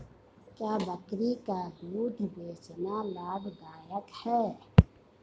क्या बकरी का दूध बेचना लाभदायक है?